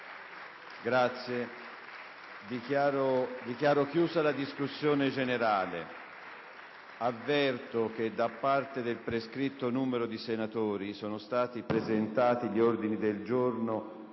Dichiaro chiusa la discussione. Avverto che da parte del prescritto numero di senatori sono stati presentati gli ordini del giorno